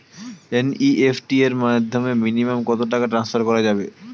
NEFT এর মাধ্যমে minimum কত টাকা টান্সফার করা যাবে?